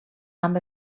amb